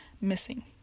missing